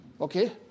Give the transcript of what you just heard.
okay